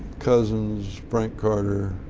cousins, frank carter,